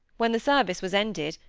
when the service was ended,